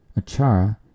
Achara